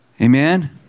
Amen